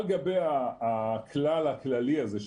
על גבי הכלל הכללי הזה,